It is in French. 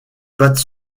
pattes